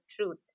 truth